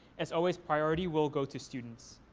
as always, priority will go to students.